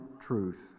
truth